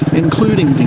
including